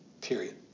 Period